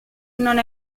non